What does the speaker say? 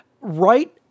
Right